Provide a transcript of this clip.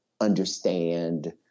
understand